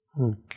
Okay